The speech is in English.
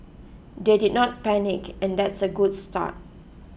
they did not panic and that's a good start